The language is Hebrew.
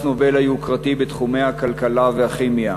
נובל היוקרתי בתחומי הכלכלה והכימיה.